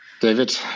David